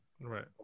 right